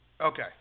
Okay